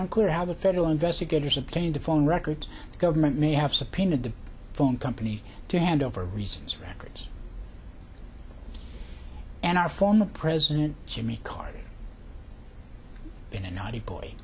unclear how the federal investigators obtained the phone records the government may have subpoenaed the phone company to hand over resumes records and our former president jimmy carter in an audi boy